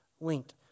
linked